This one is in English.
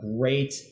great